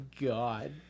god